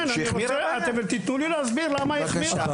כן, תקשיבו לי, בבקשה.